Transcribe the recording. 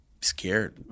scared